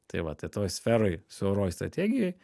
tai vat tai toj sferoj siauroj strategijoj